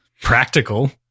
practical